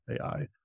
AI